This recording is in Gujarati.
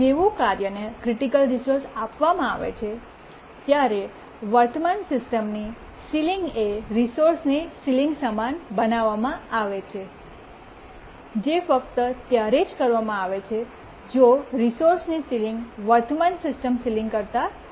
જેવું કાર્યને ક્રિટિકલ રિસોર્સ આપવામાં આવે છે ત્યારે વર્તમાન સિસ્ટમની સીલીંગ એ રિસોર્સની સીલીંગની સમાન બનાવવામાં આવે છે જે ફક્ત ત્યારે જ કરવામાં આવે છે જો રિસોર્સની સીલીંગ વર્તમાન સિસ્ટમ સીલીંગ કરતા વધારે હોય